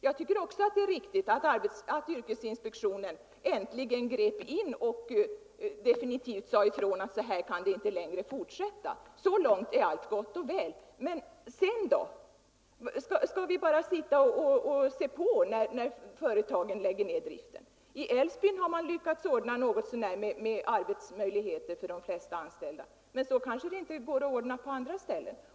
Jag tycker också att det är riktigt att yrkesinspektionen äntligen grep in och definitivt sade ifrån, att så här kan det inte längre fortsätta. Så långt är allt gott och väl — men sedan då? Skall vi sitta och se på när företagen lägger ner driften? I Älvsbyn har man lyckats ordna något så när med arbete för de flesta anställda, men det kanske inte går på andra ställen.